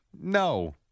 No